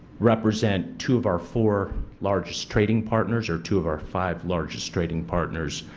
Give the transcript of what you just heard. represent to of our four largest trading partners. or two of our five largest trading partners.